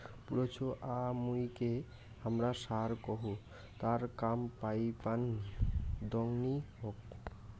পুরুছ আমুইকে হামরা ষাঁড় কহু তার কাম মাইপান দংনি হোক